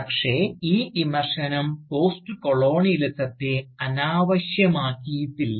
പക്ഷേ ഈ വിമർശനം പോസ്റ്റ്കൊളോണിയലിസത്തെ അനാവശ്യമാക്കിയിട്ടില്ല